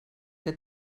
que